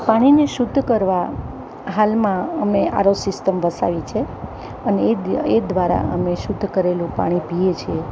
પાણીને શુદ્ધ કરવા હાલમાં અમે આરો સીસતમ વસાવી છે અને એ એ દ્વારા અમે શુદ્ધ કરેલું પાણી પીએ છીએ